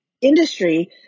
industry